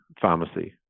pharmacy